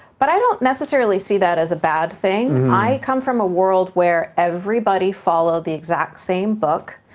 but i don't necessary see that as a bad thing. i come from a world where everybody followed the exact same book,